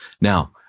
Now